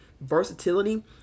versatility